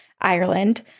Ireland